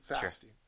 fasting